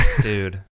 Dude